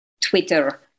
Twitter